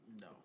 No